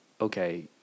okay